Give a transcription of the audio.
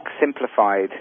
Simplified